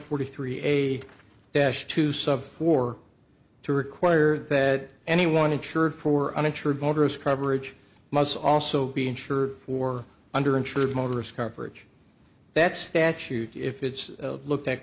forty three a dash to sub for to require that anyone insured for uninsured motorist coverage must also be insured for under insured motorists coverage that statute if it's look